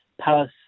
Palace